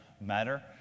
matter